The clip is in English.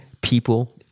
people